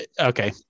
okay